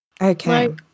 Okay